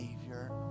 Savior